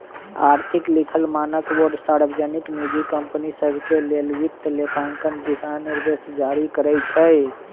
आर्थिक लिखल मानकबोर्ड सार्वजनिक, निजी कंपनि सभके लेल वित्तलेखांकन दिशानिर्देश जारी करइ छै